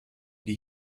die